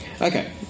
Okay